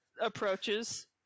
approaches